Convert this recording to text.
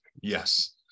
Yes